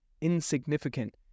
insignificant